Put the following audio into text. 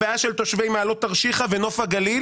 הבעיה של תושבי מעלות תרשיחא ונוף הגליל